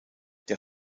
der